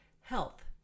Health